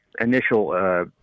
initial